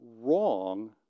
wrong